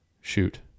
shoot